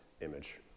image